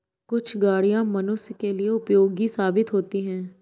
कुछ गाड़ियां मनुष्यों के लिए उपयोगी साबित होती हैं